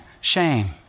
shame